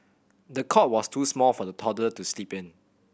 the cot was too small for the toddler to sleep in